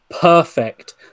perfect